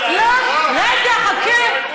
רגע, חכה.